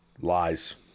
Lies